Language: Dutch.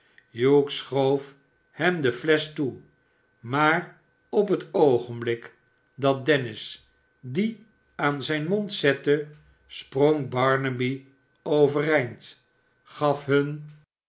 hugh schoof hem de flesch toe maar op het oogenblik dat dennis die aan zijn mond zette sprong barnaby overeind gaf hua